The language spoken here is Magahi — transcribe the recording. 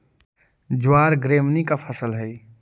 ज्वार ग्रैमीनी का फसल हई